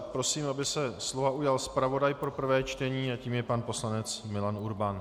Prosím, aby se slova ujal zpravodaj pro prvé čtení, a tím je pan poslanec Milan Urban.